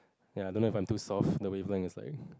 ya don't have until soft the people is like